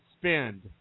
spend